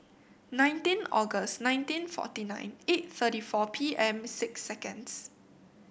nineteen August nineteen forty nine eight thirty four P M six seconds